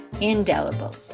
indelible